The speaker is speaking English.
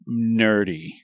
nerdy